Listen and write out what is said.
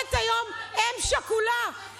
עומדת היום אם שכולה,